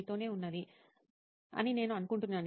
మీతోనే ఉన్నది అని నేను అనుకుంటున్నాను